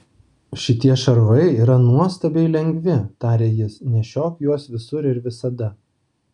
šitie šarvai yra nuostabiai lengvi tarė jis nešiok juos visur ir visada